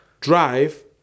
Drive